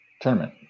tournament